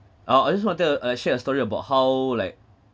ah I just wanted uh share a story about how like